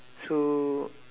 so